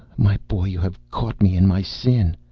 my boy, you have caught me in my sin.